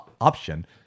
option